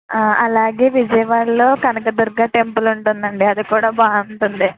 అలాగే విజయవాడలో కనకదుర్గ టెంపుల్ ఉంటుందండి అది కూడా బాగుంటుంది